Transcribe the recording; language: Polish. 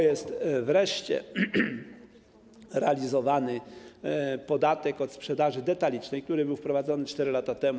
Jest wreszcie realizowany podatek od sprzedaży detalicznej, który został wprowadzony 4 lata temu.